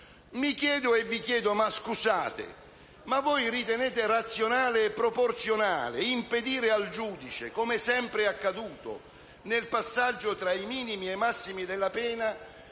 mi chiedo e vi chiedo: scusate, ma voi ritenete razionale e proporzionale che un giudice, come è sempre accaduto, nel passaggio tra i minimi e i massimi della pena,